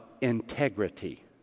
integrity